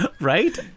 Right